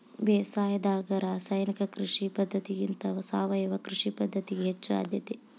ಬೇಸಾಯದಾಗ ರಾಸಾಯನಿಕ ಕೃಷಿ ಪದ್ಧತಿಗಿಂತ ಸಾವಯವ ಕೃಷಿ ಪದ್ಧತಿಗೆ ಹೆಚ್ಚು ಆದ್ಯತೆ